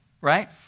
right